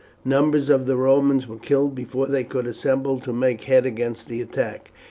numbers of the romans were killed before they could assemble to make head against the attack,